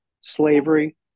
slavery